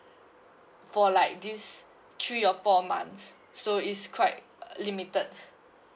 for like this three or four months so it's quite uh limited